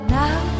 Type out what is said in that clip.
now